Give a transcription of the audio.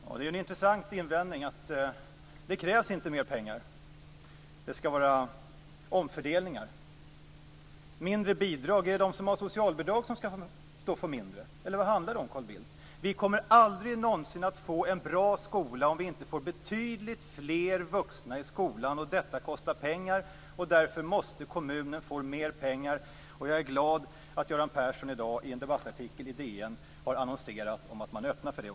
Herr talman! Det är en intressant invändning att det inte krävs mer pengar. Det skall vara omfördelningar, mindre bidrag. Är det de som har socialbidrag som skall få mindre, eller vad handlar det om, Carl Bildt? Vi kommer aldrig någonsin att få en bra skola om vi inte får betydligt fler vuxna i skolan, och detta kostar pengar. Därför måste kommunerna få mer pengar. Jag är glad att Göran Persson i dag, i en debattartikel i DN, har annonserat att man öppnar för det.